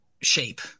shape